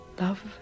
love